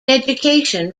education